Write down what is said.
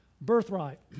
Birthright